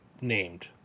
named